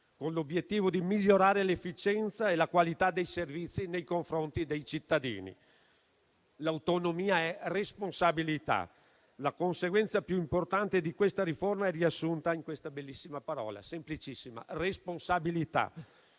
con l'obiettivo di migliorare l'efficienza e la qualità dei servizi nei confronti dei cittadini. L'autonomia è responsabilità: la conseguenza più importante di questa riforma è riassunta in questa bellissima e semplicissima parola, «responsabilità».